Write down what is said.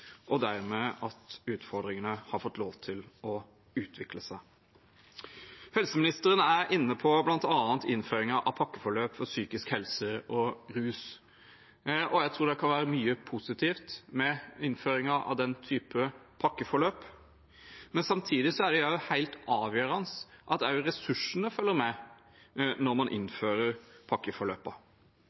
og dermed at utfordringene har fått lov til å utvikle seg. Helseministeren er inne på bl.a. innføringen av pakkeforløp for psykisk helse og rus. Jeg tror det kan være mye positivt med innføringen av den typen pakkeforløp. Samtidig er det også helt avgjørende at ressursene følger med når man innfører